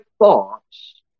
thoughts